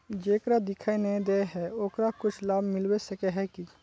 जेकरा दिखाय नय दे है ओकरा कुछ लाभ मिलबे सके है की?